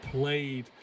played